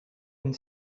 une